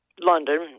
London